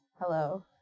Hello